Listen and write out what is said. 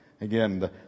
Again